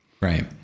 right